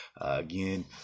Again